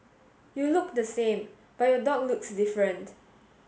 you look the same but your dog looks different